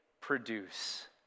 produce